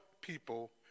people